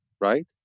right